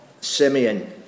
Simeon